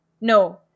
No